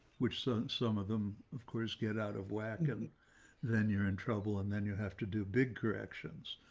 which son, some of them, of course, get out of whack, and then you're in trouble. and then you have to do big corrections.